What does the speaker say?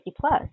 plus